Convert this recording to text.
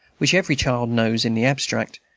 which every child knows in the abstract,